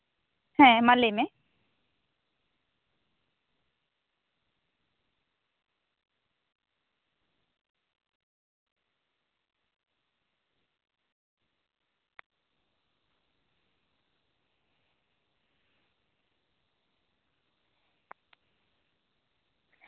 ᱦᱮᱸ ᱢᱟ ᱞᱟᱹᱭ ᱢᱮ